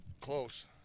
Close